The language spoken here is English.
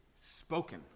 spoken